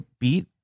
beat